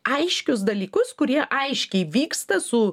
aiškius dalykus kurie aiškiai vyksta su